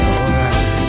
Alright